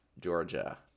Georgia